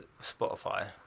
Spotify